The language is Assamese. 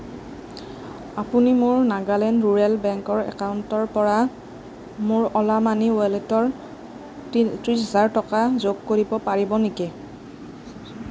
আপুনি মোৰ নাগালেণ্ড ৰুৰেল বেংকৰ একাউণ্টৰ পৰা মোৰ অ'লা মানিৰ ৱালেটৰ ত্ৰিছ হেজাৰ টকা যোগ কৰিব পাৰিব নেকি